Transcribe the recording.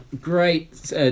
great